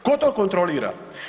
Tko to kontrolira?